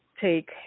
take